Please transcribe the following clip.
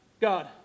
God